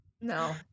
No